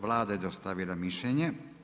Vlada je dostavila mišljenje.